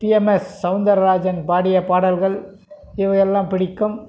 TMS Soundararajan பாடிய பாடல்கள் இவை எல்லாம் பிடிக்கும்